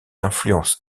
influence